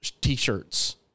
t-shirts